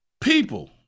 People